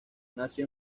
nació